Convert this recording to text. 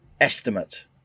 estimate